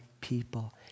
people